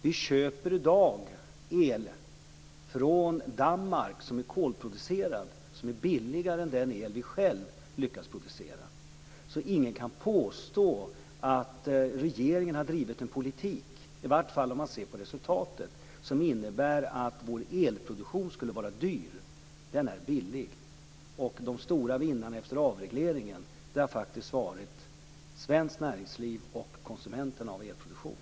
Vi köper i dag kolproducerad el från Danmark som är billigare än den el vi själva lyckas producera. Så ingen kan påstå att regeringen har drivit en politik - i vart fall om man ser på resultatet - som innebär att vår elproduktion skulle vara dyr. Den är billig. Och de stora vinnarna efter avregleringen har faktiskt varit svenskt näringsliv och konsumenterna av elproduktion.